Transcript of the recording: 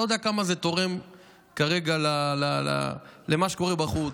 אני לא יודע כמה זה תורם כרגע למה שקורה בחוץ.